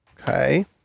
Okay